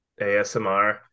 ASMR